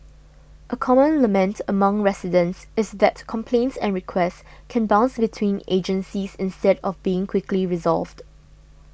a common lament among residents is that complaints and requests can bounce between agencies instead of being quickly resolved